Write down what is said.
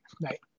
right